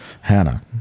Hannah